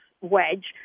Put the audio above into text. wedge